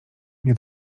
nie